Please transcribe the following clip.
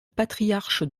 patriarche